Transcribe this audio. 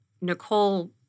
Nicole